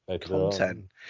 content